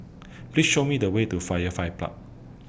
Please Show Me The Way to Firefly Park